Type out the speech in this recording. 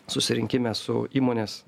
susirinkime su įmonės